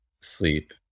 sleep